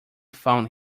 found